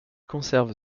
conserve